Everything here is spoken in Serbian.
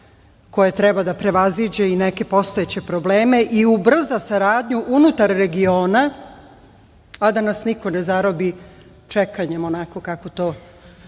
koje treba da prevaziđe i neke postojeće probleme i ubrza saradnju unutar regiona, a da nas niko ne zarobi čekanjem onako kako to